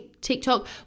TikTok